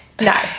no